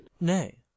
Nay